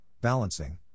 balancing